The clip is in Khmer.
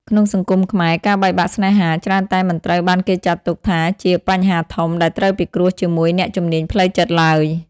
ក្នុងសង្គមខ្មែរ ការបែកបាក់ស្នេហាច្រើនតែមិនត្រូវបានគេចាត់ទុកថាជា "បញ្ហាធំ" ដែលត្រូវពិគ្រោះជាមួយអ្នកជំនាញផ្លូវចិត្តឡើយ។